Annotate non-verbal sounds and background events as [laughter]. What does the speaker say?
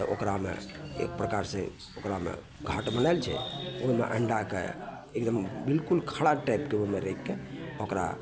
आ ओकरामे एक प्रकार से ओकरामे [unintelligible] बनल छै ओहिमे अंडाके एकदम बिलकुल ओहि खड़ा टाइपके ओहिमे राखिके ओकरा